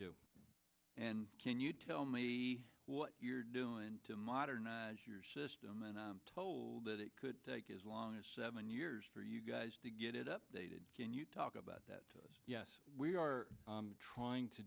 do and can you tell me what you're doing to modernize your system and i'm told it could take as long as seven years for you guys to get it updated can you talk about that yes we are trying to